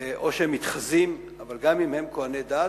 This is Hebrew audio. או שהם מתחזים, אבל גם אם הם כוהני דת,